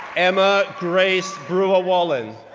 emma grace brewer-wallin,